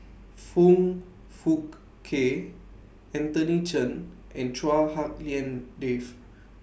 Foong Fook Kay Anthony Chen and Chua Hak Lien Dave